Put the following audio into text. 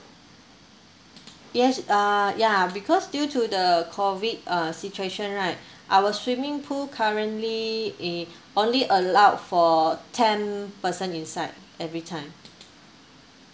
yes uh ya because due to the COVID uh situation right our swimming pool currently it only allowed for ten person inside every time